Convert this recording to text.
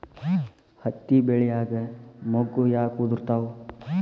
ಹತ್ತಿ ಬೆಳಿಯಾಗ ಮೊಗ್ಗು ಯಾಕ್ ಉದುರುತಾವ್?